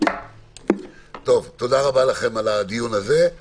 תודה רבה, הישיבה